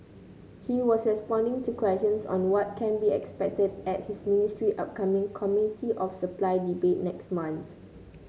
he was responding to questions on what can be expected at his ministry's upcoming Committee of Supply debate next month